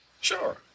Sure